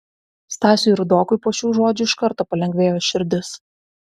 stasiui rudokui po šių žodžių iš karto palengvėjo širdis